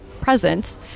presence